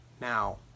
now